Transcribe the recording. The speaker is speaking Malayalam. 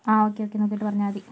ആ ഓക്കെ ഓക്കെ നോക്കിയിട്ട് പറഞ്ഞാൽ മതി